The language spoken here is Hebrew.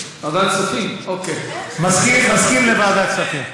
מסכים לוועדת כספים.